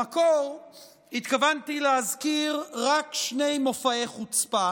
במקור התכוונתי להזכיר רק שני מופעי חוצפה,